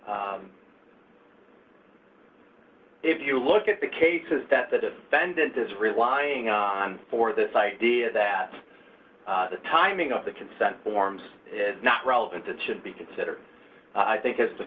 or if you look at the cases that the defendant is relying on for this idea that the timing of the consent forms is not relevant and should be considered i think is the